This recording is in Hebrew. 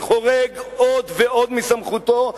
שחורג עוד ועוד מסמכותו,